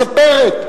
מספרת: